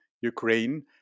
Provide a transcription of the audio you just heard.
Ukraine